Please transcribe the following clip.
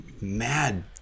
mad